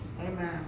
Amen